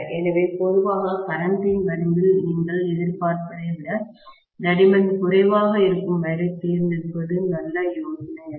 எனவே பொதுவாக கரண்ட்டின் வரம்பில் நீங்கள் எதிர்பார்ப்பதை விட தடிமன் குறைவாக இருக்கும் வயரைத் தேர்ந்தெடுப்பது நல்ல யோசனையல்ல